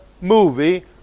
movie